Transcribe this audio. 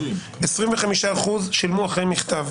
25% שילמו אחרי מכתב.